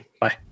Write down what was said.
Bye